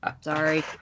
Sorry